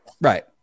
right